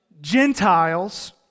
Gentiles